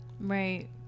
Right